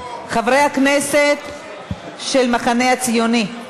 חברי הכנסת של המחנה הציוני.